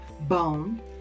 bone